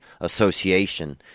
Association